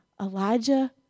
Elijah